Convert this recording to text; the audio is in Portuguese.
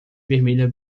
vermelha